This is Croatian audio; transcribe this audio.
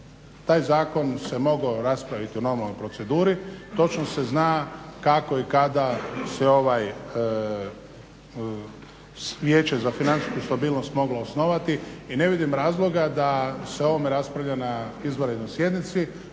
taj zakon se mogao raspraviti u normalnoj proceduri. Točno se zna kako i kada se Vijeće za financijsku stabilnost moglo osnovati. I ne vidim razloga da se o ovome raspravlja na izvanrednoj sjednici.